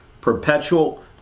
Perpetual